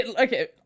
Okay